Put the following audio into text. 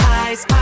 eyes